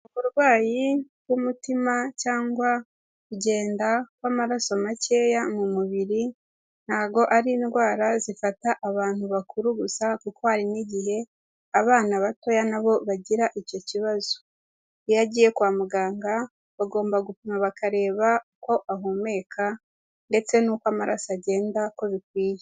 Uburwayi bw'umutima cyangwa kugenda kw'amaraso makeya mu mubiri ntago ari indwara zifata abantu bakuru gusa, kuko hari n'igihe abana batoya na bo bagira icyo kibazo, iyo agiye kwa muganga bagomba gupima bakareba uko ahumeka ndetse n'uko amaraso agenda uko bikwiye.